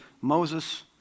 Moses